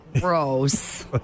Gross